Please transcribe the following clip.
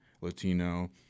Latino